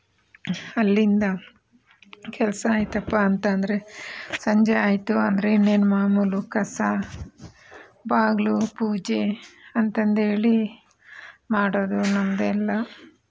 ಅಲ್ಲಿಂದ ಕೆಲಸ ಆಯಿತಪ್ಪ ಅಂತ ಅಂದರೆ ಸಂಜೆ ಆಯಿತು ಅಂದರೆ ಇನ್ನೇನು ಮಾಮೂಲು ಕಸ ಬಾಗಿಲು ಪೂಜೆ ಅಂತಂದೇಳಿ ಮಾಡೋದು ನಮ್ಮದೆಲ್ಲ